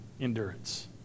endurance